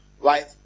right